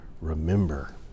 Remember